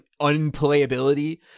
unplayability